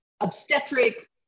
obstetric